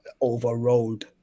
overrode